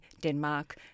Denmark